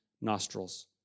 nostrils